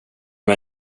mig